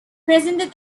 presented